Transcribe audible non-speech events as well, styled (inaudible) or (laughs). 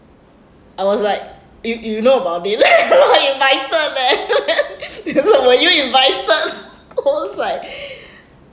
I was like you you know about it (laughs) I was invited leh (laughs) he said were you invited (laughs) I was like (breath)